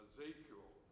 Ezekiel